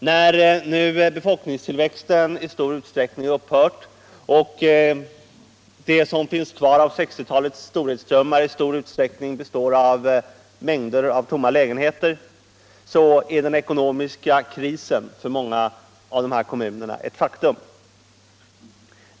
När nu befolkningstillväxten i stor utsträckning upphört och det som finns kvar av 1960-talets storhetsdrömmar är mängder av tomma lägenheter så är den ekonomiska krisen för många av dessa kommuner ett faktum.